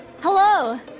Hello